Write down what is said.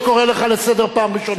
אני קורא אותך לסדר פעם ראשונה.